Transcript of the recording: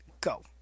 Go